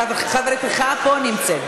חברתך נמצאת פה.